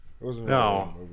No